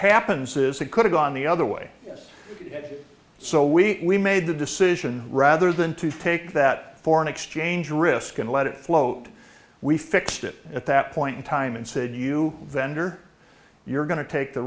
happens is it could've gone the other way so we made the decision rather than to take that foreign exchange risk and let it float we fixed it at that point in time and said you vendor you're going to take the